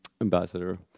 Ambassador